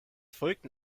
folgten